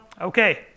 okay